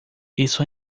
isso